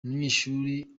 munyeshuri